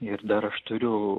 ir dar aš turiu